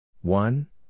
One